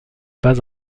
pas